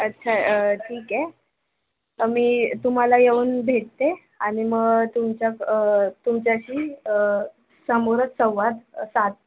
अच्छा ठीक आहे मी तुम्हाला येऊन भेटते आणि मग तुमच्या तुमच्याशी समोरच संवाद साधते